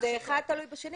אבל זה אחד תלוי בשני.